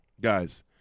Guys